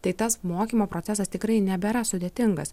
tai tas mokymo procesas tikrai nebėra sudėtingas